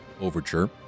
overture